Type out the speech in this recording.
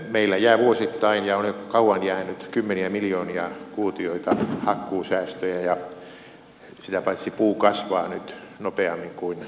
meillä jää vuosittain ja on jo kauan jäänyt kymmeniä miljoonia kuutioita hakkuusäästöjä ja sitä paitsi puu kasvaa nyt nopeammin kuin aikaisemmin